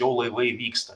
jau laivai vyksta